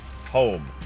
HOME